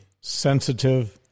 sensitive